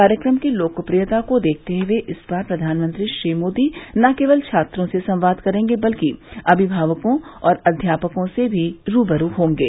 कार्यक्रम की लोकप्रियता को देखते हुए इस बार प्रधानमंत्री श्री मोदी न केवल छात्रों से संवाद करेंगे बल्कि अभिभावकों और अध्यापकों से भी रू ब रू होंगे